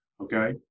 Okay